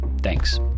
Thanks